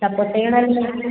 त पोइ सेणनि में